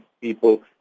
people